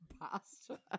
pasta